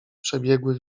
przebiegły